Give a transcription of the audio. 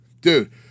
dude